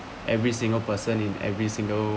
every single person in every single